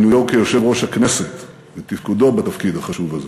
מינויו ליושב-ראש הכנסת ותפקודו בתפקיד החשוב הזה,